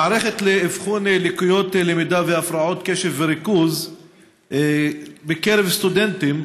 מערכת לאבחון לקויות למידה והפרעות קשב וריכוז בקרב סטודנטים